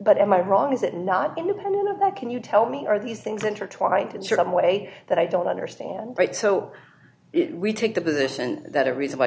but am i wrong is it not independent of that can you tell me are these things intertwined in short i'm way that i don't understand right so we take the position that a reason